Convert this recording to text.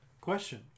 question